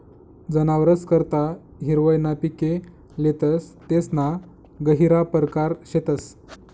जनावरस करता हिरवय ना पिके लेतस तेसना गहिरा परकार शेतस